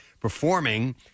performing